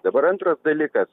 dabar antras dalykas